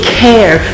care